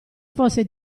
fosse